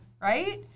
right